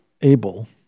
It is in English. able